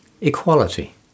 equality